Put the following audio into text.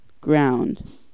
Ground